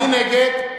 מי נגד?